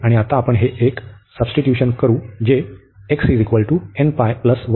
आणि आता आपण येथे एक सब्स्टीट्यूशन करू जे x nπ y